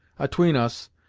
atween us,